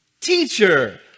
teacher